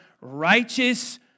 righteous